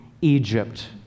Egypt